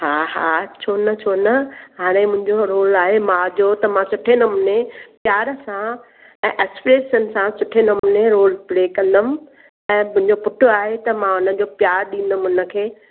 हा हा छो न छो न हाणे मुंहिंजो रोल आहे माउ जो त मां सुठे नमूने प्यार सां ऐं एक्स्प्रेशन सां सुठे नमूने सां रोल प्ले कंदमि ऐं मुंहिंजो पुटु आहे त मां प्यारु ॾींदमि हुनखे